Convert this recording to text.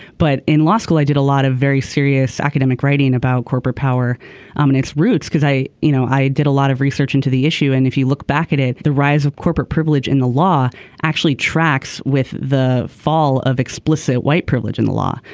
but in law school i did a lot of very serious academic writing about corporate power um and its roots because i you know i did a lot of research into the issue and if you look back at it the rise of corporate privilege in the law actually tracks with the fall of explicit white privilege in the law.